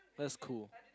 that's cool